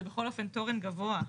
זה בכל אופן תורן גבוה.